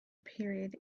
period